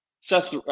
Seth